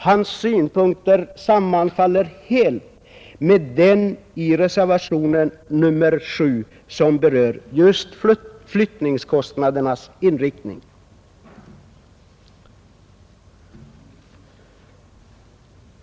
Hans synpunkter sammanfaller helt med den i reservationen nr 7, som berör just flyttningskostnadernas inriktning.